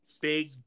big